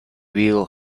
will